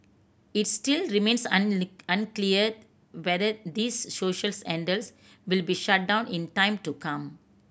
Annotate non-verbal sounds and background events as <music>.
it still remains <unintelligible> unclear whether these social handles will be shut down in time to come